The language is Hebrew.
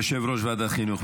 יושב-ראש ועדת החינוך,